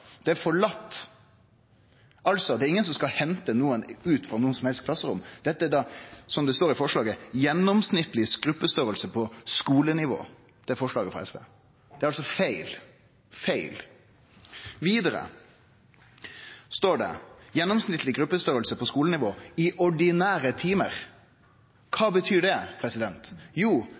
Det er forlate, det er altså ingen som skal hente nokon ut frå noko klasserom. Dette handlar om, som det står i forslaget frå SV, «gjennomsnittlig gruppestørrelse» på skulenivå .– Dette er altså feil. Vidare står det «gjennomsnittlig gruppestørrelse» – på skulenivå –«i ordinære timer». Kva betyr det?